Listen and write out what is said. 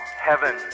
heaven